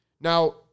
Now